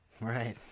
Right